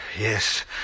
Yes